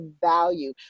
value